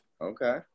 Okay